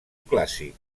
clàssic